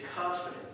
confidence